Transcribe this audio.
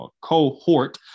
cohort